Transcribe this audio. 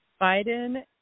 Biden